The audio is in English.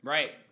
Right